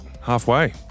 halfway